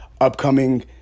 upcoming